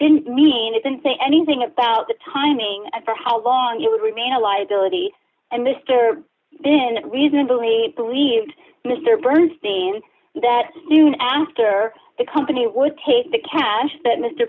didn't mean it didn't say anything about the timing for how long it would remain a liability and mr bennett reasonably believed mr bernstein that soon after the company would take the cash that mr